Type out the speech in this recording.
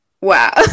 wow